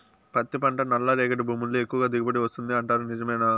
పత్తి పంట నల్లరేగడి భూముల్లో ఎక్కువగా దిగుబడి వస్తుంది అంటారు నిజమేనా